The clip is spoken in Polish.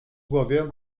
głowie